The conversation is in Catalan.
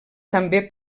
també